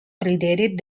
predated